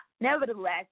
Nevertheless